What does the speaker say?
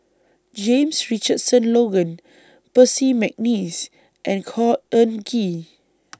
James Richardson Logan Percy Mcneice and Khor Ean Ghee